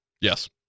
Yes